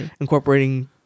incorporating